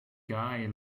guy